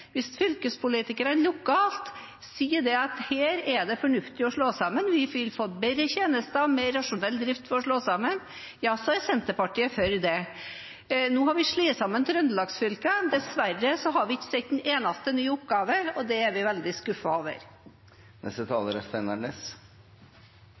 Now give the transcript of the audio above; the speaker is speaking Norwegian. Hvis fylkespolitikerne lokalt sier at her er det fornuftig å slå sammen, vi vil få bedre tjenester og mer rasjonell drift ved å slå sammen – ja, så er Senterpartiet for det. Nå har vi slått sammen trøndelagsfylkene. Dessverre har vi ikke sett en eneste ny oppgave, og det er vi veldig skuffet over.